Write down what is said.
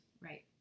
Right